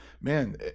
man